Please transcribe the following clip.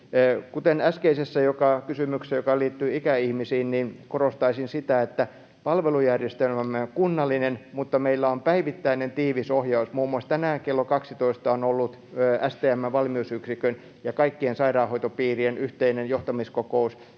Kuten äskeisessä kysymyksessä, joka liittyi ikäihmisiin, korostaisin sitä, että palvelujärjestelmämme on kunnallinen mutta meillä on päivittäinen tiivis ohjaus. Muun muassa tänään klo 12 on ollut STM:n valmiusyksikön ja kaikkien sairaanhoitopii-rien yhteinen johtamiskokous,